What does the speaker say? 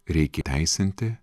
reikia įteisinti